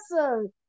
Awesome